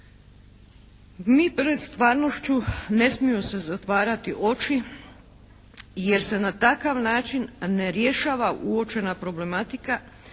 Ni pred stvarnošću ne smiju se zatvarati oči jer se na takav način ne rješava uočena problematika.